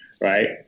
right